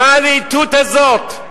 מה הלהיטות הזאת,